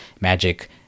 Magic